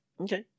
Okay